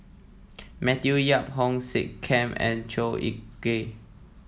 Matthew Yap Hong Sek Chern and Chua Ek Kay